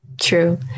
True